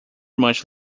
much